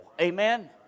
Amen